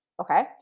Okay